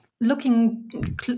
looking